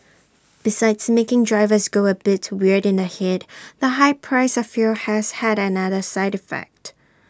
besides making drivers go A bit weird in the Head the high price of fuel has had another side effect